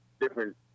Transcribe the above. different